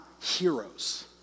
heroes